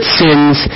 sins